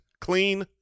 Clean